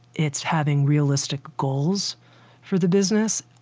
it's having realistic goals for the business,